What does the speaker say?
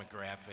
demographic